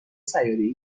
سیارهای